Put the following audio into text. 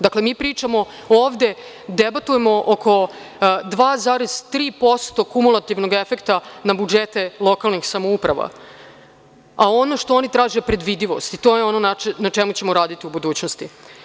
Dakle, mi pričamo ovde, debatujemo oko 2,3% kumulativnog efekta na budžete lokalnih samouprava, a ono što oni traže je predvidivost i to je ono na čemu ćemo raditi u budućnosti.